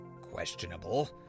questionable